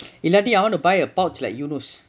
இல்லாட்டி:illaati I want to buy a pouch like eunos